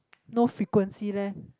no frequency leh